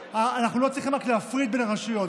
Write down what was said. אנחנו לא צריכים רק להפריד בין רשויות,